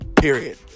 period